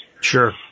Sure